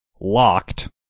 locked